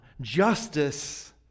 justice